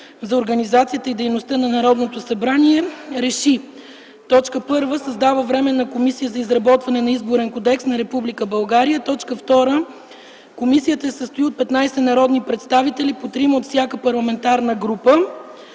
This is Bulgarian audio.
за организацията и дейността на Народното събрание РЕШИ: 1. Създава Временна комисия за изработване на Изборен кодекс на Република България. 2. Комисията се състои от 15 народни представители – по 3 от всяка парламентарна група.